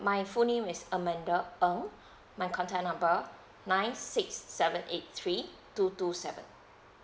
my full name is amanda ng my contact number nine six seven eight three two two seven